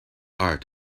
art